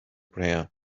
prayer